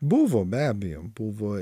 buvo be abejo buvo